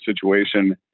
situation